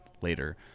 later